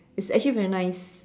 it's actually very nice